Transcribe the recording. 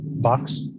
box